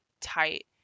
tight